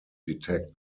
detect